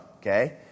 Okay